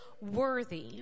worthy